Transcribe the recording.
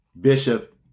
bishop